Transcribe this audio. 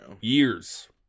Years